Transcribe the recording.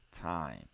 time